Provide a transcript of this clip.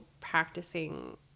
practicing